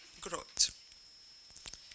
growth